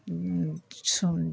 আর সব দা